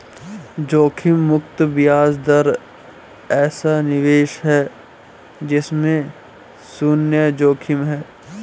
जोखिम मुक्त ब्याज दर ऐसा निवेश है जिसमें शुन्य जोखिम है